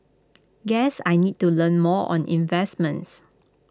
guess I need to learn more on investments